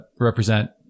represent